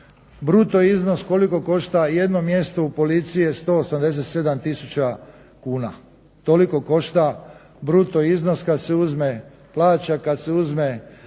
bruto iznos koliko košta jedno mjesto u policiji je 187 tisuća kuna. Toliko košta bruto iznos kada se uzme plaća, kada se uzmu